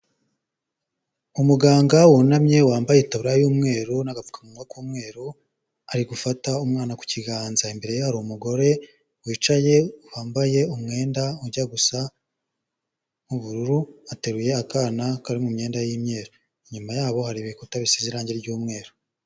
Umuganga wunamye, wambaye itaburiya y'umweru n'agapfukamunwa k'umweru, ari gufata umwana ku kiganza. Imbere ye hari umugore wicaye, wambaye umwenda ujya gusa nk'ubururu, ateruye akana kari mu myenda y'imyeru. Inyuma yabo hari ibikuta bisize irangi ry'umweru.